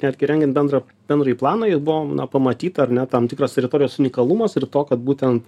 netgi rengiant bendrą bendrąjį planą ji buvo na pamatyta ar ne tam tikras teritorijas unikalumas ir to kad būtent